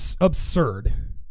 absurd